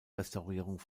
restaurierung